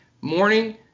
Morning